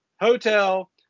hotel